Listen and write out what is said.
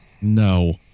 No